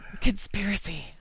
Conspiracy